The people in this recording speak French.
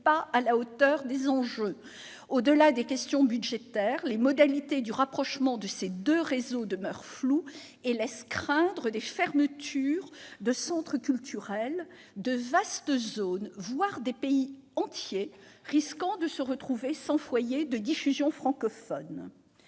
pas à la hauteur des enjeux. Au-delà des questions budgétaires, les modalités du rapprochement de ces deux réseaux demeurent floues et laissent craindre des fermetures de centres culturels, de vastes zones, voire des pays entiers, risquant de se retrouver sans foyer de diffusion francophone.